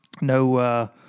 no